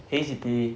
hey siti